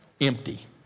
empty